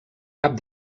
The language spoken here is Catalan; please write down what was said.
cap